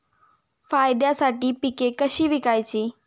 फायद्यासाठी पिके कशी विकायची?